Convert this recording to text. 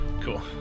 Cool